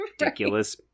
ridiculous